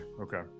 okay